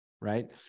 right